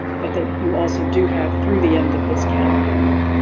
but that you also do have through the end of this calendar year.